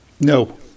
no